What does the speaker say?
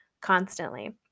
constantly